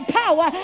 power